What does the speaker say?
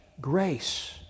grace